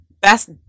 best